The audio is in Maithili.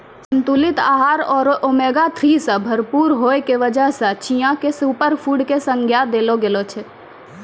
संतुलित आहार आरो ओमेगा थ्री सॅ भरपूर होय के वजह सॅ चिया क सूपरफुड के संज्ञा देलो गेलो छै